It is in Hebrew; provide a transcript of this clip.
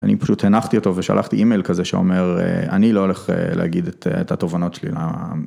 אני פשוט הנחתי אותו ושלחתי אימייל כזה שאומר אה... אני לא הולך להגיד אה... את התובנות שלי ל...